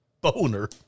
Boner